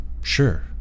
sure